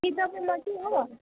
के तपाईँ मात्रै हो